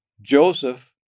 Joseph